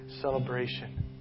celebration